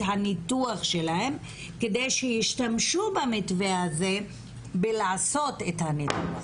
הניתוח שלהם כדי שהשתמשו במתווה הזה בלעשות את הניתוח,